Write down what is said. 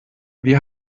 wie